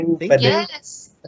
Yes